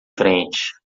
frente